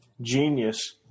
genius